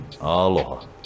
Aloha